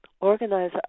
organize